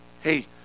Hey